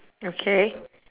okay